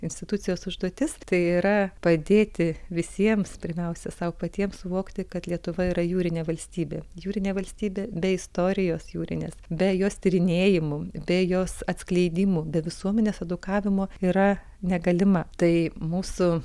institucijos užduotis tai yra padėti visiems pirmiausia sau patiems suvokti kad lietuva yra jūrinė valstybė jūrinė valstybė be istorijos jūrinės be jos tyrinėjimų be jos atskleidimų be visuomenės edukavimo yra negalima tai mūsų